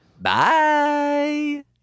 Bye